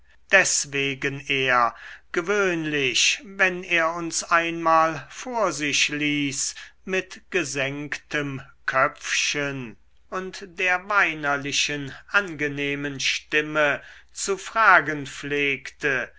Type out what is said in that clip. deswegen er gewöhnlich wenn er uns einmal vor sich ließ mit gesenkten köpfchen und der weinerlich angenehmen stimme zu fragen